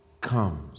comes